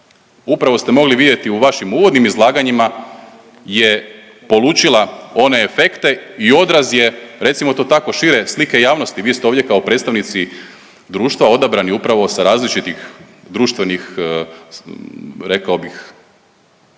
upravo ste mogli vidjeti u vašim uvodnim izlaganjima je polučila one efekte i odraz je, recimo to tako, šire slike javnosti, vi ste ovdje kao predstavnici društva odabrani upravo sa različitih društvenih, rekao bih,